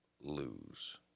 lose